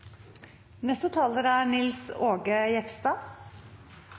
Neste talar er